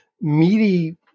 meaty